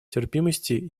терпимости